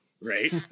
Right